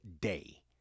day